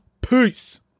Peace